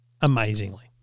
amazingly